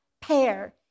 pair